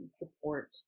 support